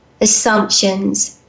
assumptions